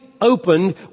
opened